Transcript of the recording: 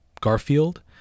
garfield